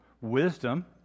wisdom